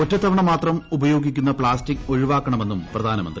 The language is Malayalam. ഒറ്റത്തവണ മാത്രം ഉപയോഗിക്കൂർന്ന് പ്ലാസ്റ്റിക്ക് ഒഴിവാക്കാണമെന്നും പ്രധാന്റമുന്തി